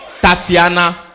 Tatiana